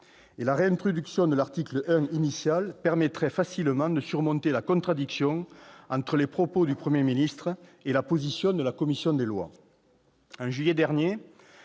la réintroduction de l'article 1 initial permettrait facilement de surmonter la contradiction entre les propos du Premier ministre et la position de la commission des lois.